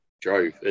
drove